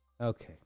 Okay